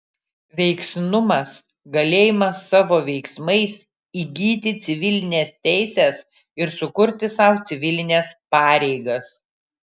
veiksnumas galėjimas savo veiksmais įgyti civilines teises ir sukurti sau civilines pareigas